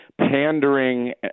pandering